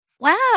Wow